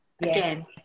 Again